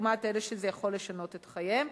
לעומת אלה שזה יכול לשנות את חייהם.